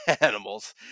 animals